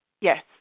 Yes